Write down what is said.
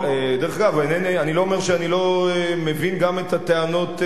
אגב, אני לא אומר שאני לא מבין גם את הטענות נגד.